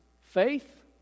faith